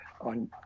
on